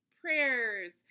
prayers